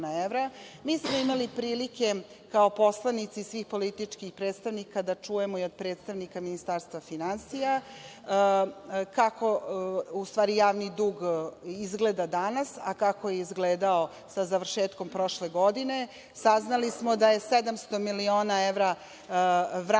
Mi smo imali prilike kao poslanici svih političkih predstavnika da čujemo i od predstavnika Ministarstva finansija kako javni dug izgleda danas, a kako je izgledao sa završetkom prošle godine. Saznali smo da je 700 miliona evra vraćeno